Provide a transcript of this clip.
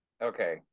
Okay